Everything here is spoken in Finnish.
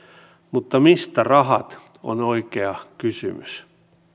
mutta mistä rahat on oikea kysymys